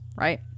right